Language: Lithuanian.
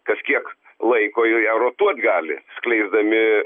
kažkiek laiko joje rotuot gali leisdami